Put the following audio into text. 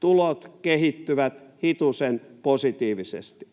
tulot kehittyvät hitusen positiivisesti.